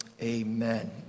Amen